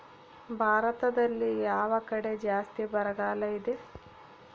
ಭಾರತದಲ್ಲಿ ಯಾವ ಕಡೆ ಜಾಸ್ತಿ ಬರಗಾಲ ಇದೆ?